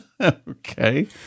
Okay